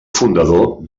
fundador